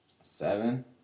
Seven